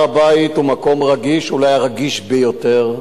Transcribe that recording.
הר-הבית הוא מקום רגיש, אולי הרגיש ביותר,